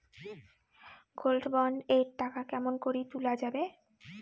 Gold bond এর টাকা কেমন করি তুলা যাবে?